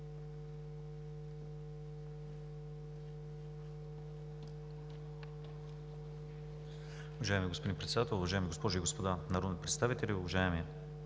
уважаеми господин Председател. Уважаеми дами и господа народни представители! Уважаема